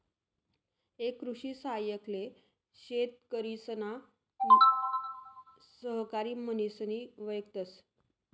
एक कृषि सहाय्यक ले शेतकरिसना सहकारी म्हनिस वयकतस